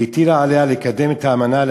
והטילה עליה לקדם את האמנה,